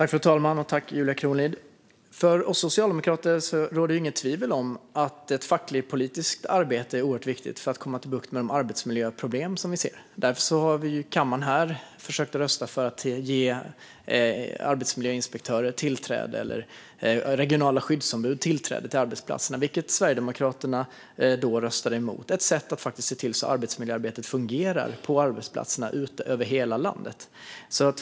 Fru talman! För oss socialdemokrater råder det inget tvivel om att facklig-politiskt arbete är oerhört viktigt för att få bukt med de arbetsmiljöproblem som vi ser. Därför har vi här i kammaren försökt att rösta för att ge arbetsmiljöinspektörer och regionala skyddsombud tillträde till arbetsplatserna, vilket Sverigedemokraterna har röstat emot. Detta är ett sätt att se till att arbetsmiljöarbetet fungerar på arbetsplatserna över hela landet.